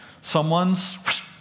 Someone's